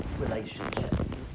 relationship